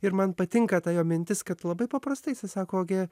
ir man patinka ta jo mintis kad labai paprastai jisai sako gi